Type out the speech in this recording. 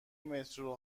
مترو